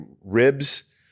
ribs